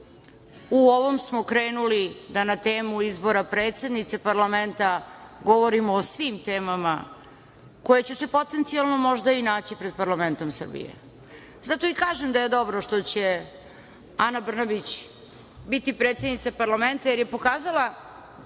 U ovom smo krenuli da na temu izbora predsednice parlamenta govorimo o svim temama koje će se, potencijalno, možda i naći pred parlamentom Srbije. Zato i kažem da je dobro što će Ana Brnabić biti predsednica parlamenta jer je pokazala